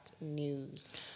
news